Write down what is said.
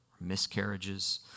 miscarriages